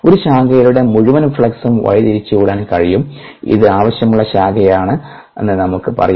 ഒരു ശാഖയിലൂടെ മുഴുവൻ ഫ്ലക്സും വഴിതിരിച്ചുവിടാൻ കഴിയും ഇത് ആവശ്യമുള്ള ശാഖയാണെന്ന് നമുക്ക് പറയാം